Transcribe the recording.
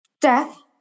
death